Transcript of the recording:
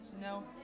no